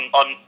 on